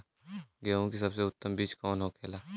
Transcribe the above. गेहूँ की सबसे उत्तम बीज कौन होखेला?